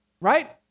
right